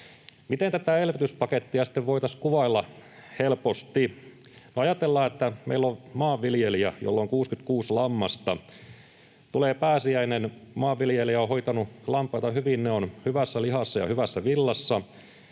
Miten tätä elvytyspakettia sitten voitaisiin kuvailla helposti? No, ajatellaan, että meillä on maanviljelijä, jolla on 66 lammasta. Tulee pääsiäinen, maanviljelijä on hoitanut lampaita hyvin, ne ovat hyvässä lihassa ja hyvässä villassa.